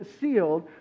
sealed